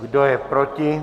Kdo je proti?